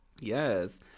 Yes